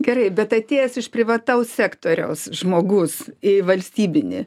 gerai bet atėjęs iš privataus sektoriaus žmogus į valstybinį